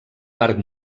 parc